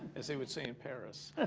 as they would say in paris.